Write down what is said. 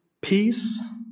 peace